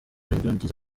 yaragize